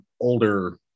older